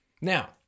Now